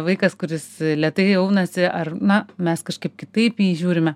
vaikas kuris lėtai aunasi ar na mes kažkaip kitaip į jį žiūrime